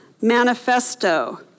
manifesto